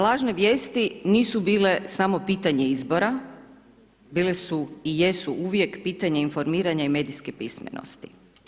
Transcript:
Lažne vijesti nisu bile samo pitanje izbora, bile su i jesu uvijek pitanje informiranja i medijske pismenosti.